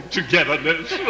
togetherness